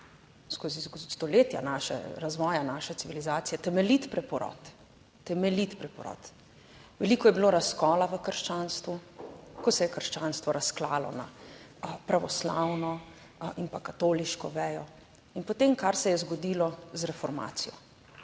skozi stoletja našega razvoja naše civilizacije temeljit preporod, temeljit preporod. Veliko je bilo razkola v krščanstvu, ko se je krščanstvo razklalo na pravoslavno in katoliško vejo in po tem, kar se je zgodilo z reformacijo.